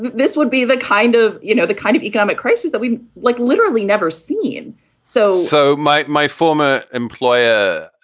this would be the kind of, of, you know, the kind of economic crisis that we like literally never seen so so my my former employer,